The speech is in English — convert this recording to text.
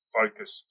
focus